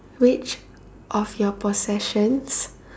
which of your possessions